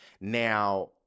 Now